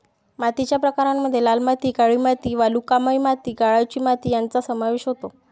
मातीच्या प्रकारांमध्ये लाल माती, काळी माती, वालुकामय माती, गाळाची माती यांचा समावेश होतो